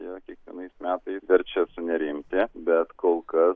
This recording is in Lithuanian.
ji kiekvienais metais verčia sunerimti bet kol kas